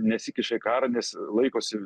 nesikiša į karą nes laikosi